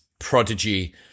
prodigy